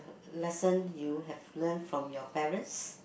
l~ lesson you have learnt from your parents